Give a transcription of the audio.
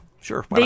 sure